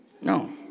no